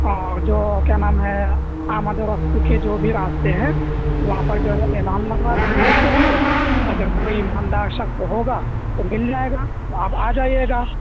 اور جو کیا نام ہے آمد و رفت کے جو بھی راستے ہیں وہاں پر جو ہے اعلان لگوا دیں گے آپ کے لیے اگر کوئی ایمان دار شخص ہوگا تو مل جائے گا تو آپ آ جائیے گا